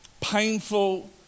painful